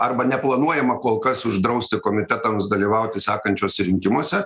arba neplanuojama kol kas uždrausti komitetams dalyvauti sekančiuose rinkimuose